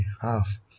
half